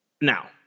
now